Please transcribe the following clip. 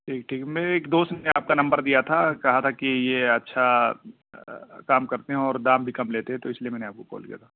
ٹھیک ٹھیک میرے ایک دوست نے آپ کا نمبر دیا تھا کہا تھا کہ یہ اچھا کام کرتے ہیں اور دام بھی کم لیتے ہے تو اس لیے میں نے آپ کو کال کیا تھا